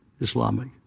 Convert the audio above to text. Islamic